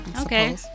Okay